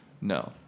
No